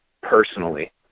personally